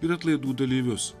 ir atlaidų dalyvius